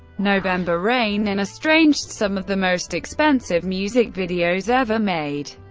november rain and estranged, some of the most expensive music videos ever made.